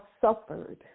suffered